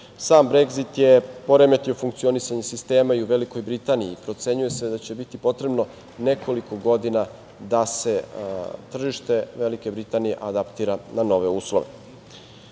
EU.Sam Bregzit je poremetio funkcionisanje sistema i u Velikoj Britaniji i procenjuje se da će biti potrebno nekoliko godina da se tržište Velike Britanije adaptira na nove uslove. Država